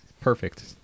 Perfect